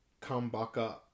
Kambaka